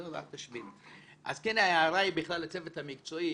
אז כן, ההערה היא בכלל לצוות המקצועי.